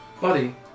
Buddy